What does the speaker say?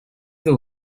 the